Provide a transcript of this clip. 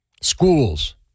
Schools